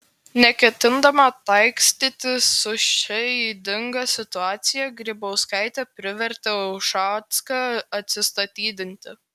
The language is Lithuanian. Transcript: neketindama taikstytis su šia ydinga situacija grybauskaitė privertė ušacką atsistatydinti